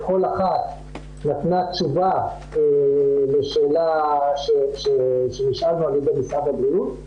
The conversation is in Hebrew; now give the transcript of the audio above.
כל אחת נתנה תשובה לשאלה שנשאלנו על ידי משרד הבריאות.